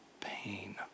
pain